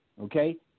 Okay